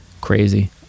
Crazy